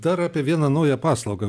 dar apie vieną naują paslaugą